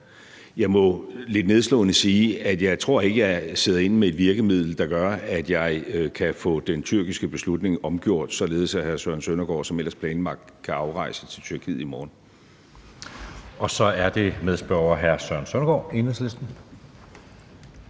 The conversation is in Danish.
Jeg må lidt nedslående sige, at jeg ikke tror, jeg sidder inde med et virkemiddel, der gør, at jeg kan få den tyrkiske beslutning omgjort, således at hr. Søren Søndergaard som ellers planlagt kan afrejse til Tyrkiet i morgen. Kl. 13:16 Anden næstformand (Jeppe Søe): Så er det medspørgeren, hr. Søren Søndergaard, Enhedslisten.